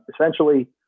Essentially